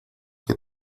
que